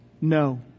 no